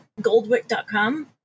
goldwick.com